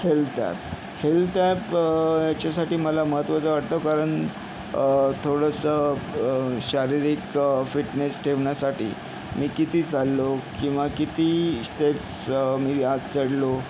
health app health app याच्यासाठी मला महत्वाचा वाटतो कारण थोडंसं शारीरिक फिटनेस ठेवण्यासाठी मी किती चाललो किंवा किती स्टेप्स मी आज चढलो